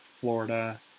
Florida